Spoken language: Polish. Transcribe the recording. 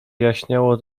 jaśniało